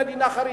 מדינה חרדית.